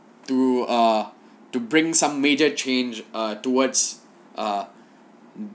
to err to bring some major change err towards err